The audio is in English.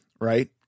right